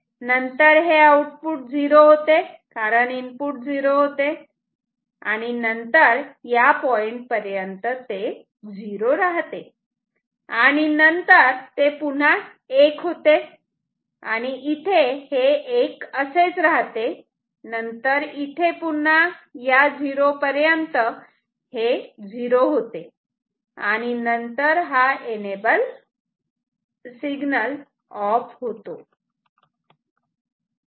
नंतर हे आउटपुट 0 होते कारण इनपुट 0 होते आणि नंतर या पॉईंट पर्यंत ते 0 राहते आणि नंतर ते पुन्हा 1 होते आणि इथे 1 असेच राहते नंतर इथे पुन्हा या 0 पर्यंत 0 होते आणि नंतर एनेबल ऑफ होते